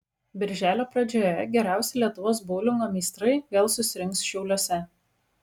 birželio pradžioje geriausi lietuvos boulingo meistrai vėl susirinks šiauliuose